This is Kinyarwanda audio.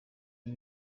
ari